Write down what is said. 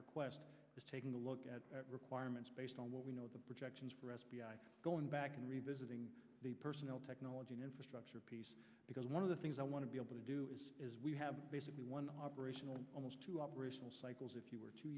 request is taking a look at the requirements based on what we know the projections for f b i going back and revisiting the personnel technology and infrastructure piece because one of the things i want to be able to do is we have basically one operational almost two operational cycles if you are two